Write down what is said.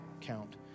count